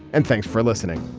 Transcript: and thanks for listening